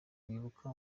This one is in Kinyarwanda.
wibuka